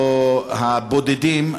הבודדים,